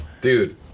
Dude